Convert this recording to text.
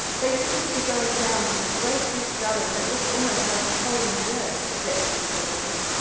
they seemed to be going down to a great deep gully that looked almost like a hole in the earth, the depth was so great,